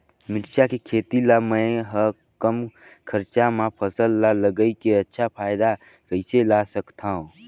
मिरचा के खेती ला मै ह कम खरचा मा फसल ला लगई के अच्छा फायदा कइसे ला सकथव?